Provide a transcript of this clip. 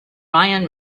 ryan